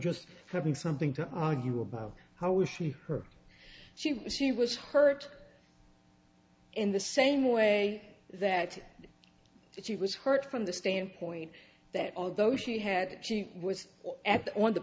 just having something to argue about how was she her she was she was hurt in the same way that she was hurt from the standpoint that although she had she was at the